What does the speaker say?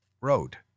Road